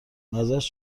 مزهاش